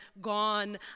gone